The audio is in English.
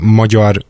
magyar